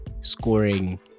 scoring